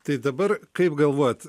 tai dabar kaip galvojat